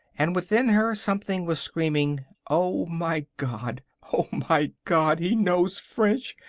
and within her something was screaming oh, my god! oh, my god! he knows french.